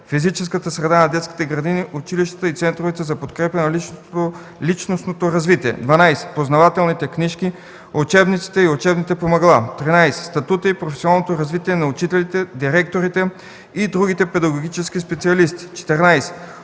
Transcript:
физическата среда на детските градини, училищата и центровете за подкрепа за личностното развитие; 12. познавателните книжки, учебниците и учебните помагала; 13. статута и професионалното развитие на учителите, директорите и другите педагогически специалисти; 14.